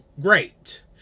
great